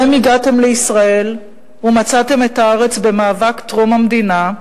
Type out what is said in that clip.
שבהן הגעתם לישראל ומצאתם את הארץ במאבק טרום-המדינה,